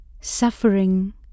suffering